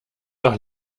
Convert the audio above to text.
doch